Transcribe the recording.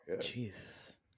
Jesus